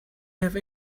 have